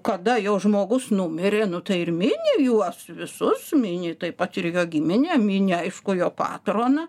kada jau žmogus numirė nu tai ir mini juos visus mini taip pat ir jo giminė mini aišku jo patroną